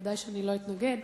בוודאי שלא אתנגד.